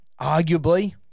arguably